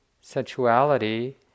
sensuality